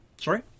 Sorry